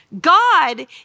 God